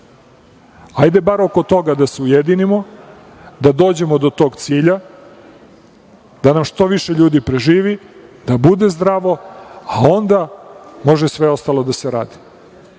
Hajde bar oko toga da se ujedinimo, da dođemo do tog cilja, da nam što više ljudi preživi, da bude zdravo, a onda može sve ostalo da se radi. Još